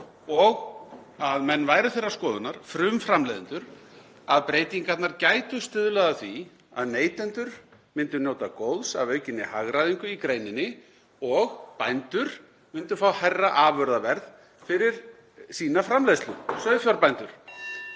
og að menn séu þeirrar skoðunar, frumframleiðendur, að breytingarnar gætu stuðlað að því að neytendur myndu njóta góðs af aukinni hagræðingu í greininni og að sauðfjárbændur myndu fá hærra afurðaverð fyrir sína framleiðslu. (Forseti hringir.)